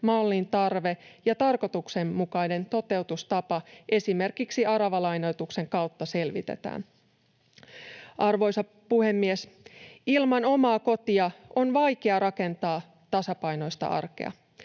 mallin tarve ja tarkoituksenmukainen toteutustapa esimerkiksi aravalainoituksen kautta selvitetään. Arvoisa puhemies! Ilman omaa kotia on vaikeaa rakentaa tasapainoista arkea.